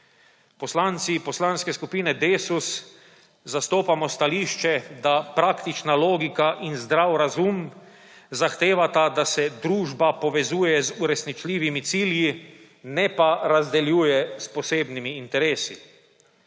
poslanci Poslanske skupine Desus zastopamo stališče, da praktična logika in zdrav razum zahtevata, da se družba povezuje z uresničljivimi cilji, ne pa razdeljuje s posebnimi interesi.